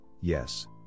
yes